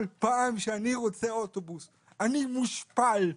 כל פעם שאני רוצה אוטובוס אני מושפל.